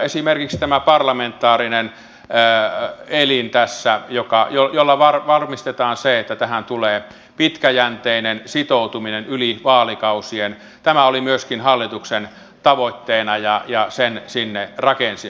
esimerkiksi tämä parlamentaarinen elin jolla varmistetaan se että tähän tulee pitkäjänteinen sitoutuminen yli vaalikausien oli myöskin hallituksen tavoitteena ja sen sinne rakensimme